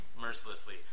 mercilessly